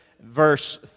verse